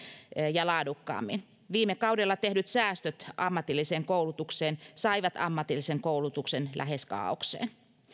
ja laadukkaammin viime kaudella tehdyt säästöt ammatilliseen koulutukseen saivat ammatillisen koulutuksen lähes kaaokseen